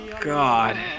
God